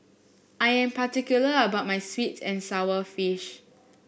I am particular about my sweet and sour fish